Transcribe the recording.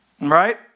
right